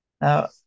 Now